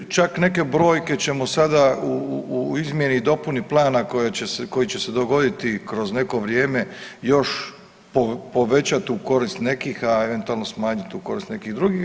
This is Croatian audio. Čak neke brojke ćemo sada u izmjeni i dopuni plana koji će se dogoditi kroz neko vrijeme još povećat u korist nekih, a eventualno smanjit u korist nekih drugih.